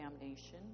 damnation